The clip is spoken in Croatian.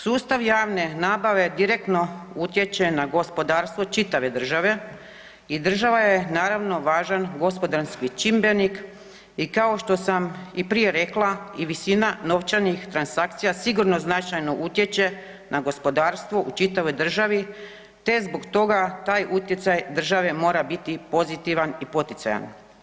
Sustav javne nabave direktno utječe na gospodarstvo čitave države i država je naravno važan gospodarski čimbenik i kao što sam i prije rekla i visina novčanih transakcija sigurno značajno utječe na gospodarstvo u čitavoj državi, te zbog toga taj utjecaj države mora biti pozitivan i poticajan.